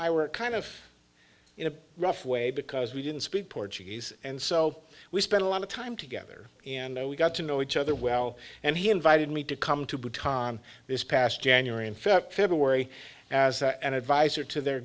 i were kind of in a rough way because we didn't speak portuguese and so we spent a lot of time together and we got to know each other well and he invited me to come to baton this past january and february as an advisor to their